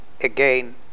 again